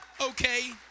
okay